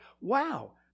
Wow